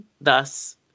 thus